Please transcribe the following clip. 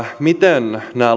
miten näette että nämä